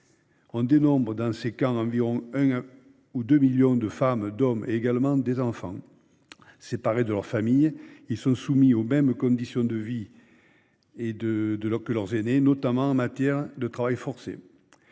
On dénombre, dans ces camps, environ 1 million à 2 millions de femmes, d'hommes, mais également des enfants. Séparés de leurs familles, ceux-ci sont soumis aux mêmes conditions de vie que leurs aînés, notamment en matière de travail forcé.